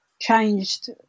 changed